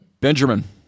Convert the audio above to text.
Benjamin